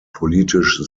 politisch